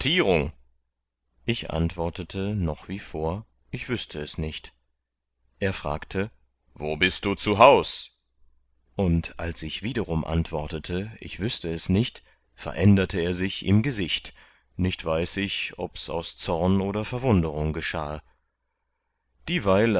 ich antwortete noch wie vor ich wüßte es nicht er fragte wo bist du zu haus und als ich wiederum antwortete ich wüßte es nicht veränderte er sich im gesicht nicht weiß ich obs aus zorn oder verwunderung geschahe dieweil